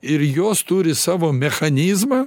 ir jos turi savo mechanizmą